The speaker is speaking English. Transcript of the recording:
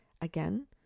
Again